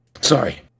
Sorry